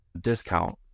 discount